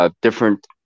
different